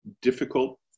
difficult